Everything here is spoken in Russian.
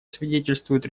свидетельствуют